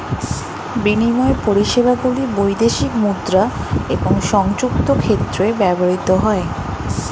বিনিময় পরিষেবাগুলি বৈদেশিক মুদ্রা এবং সংযুক্ত ক্ষেত্রে ব্যবহৃত হয়